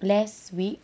less weak